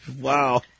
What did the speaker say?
Wow